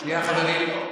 שנייה, חברים.